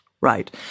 right